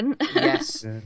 Yes